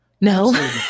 No